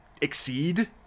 exceed